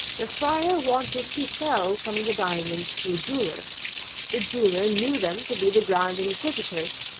the friar wanted to sell some of the diamonds to a jeweller the jeweller knew them to be the grand inquisitor's.